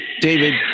David